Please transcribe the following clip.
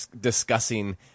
discussing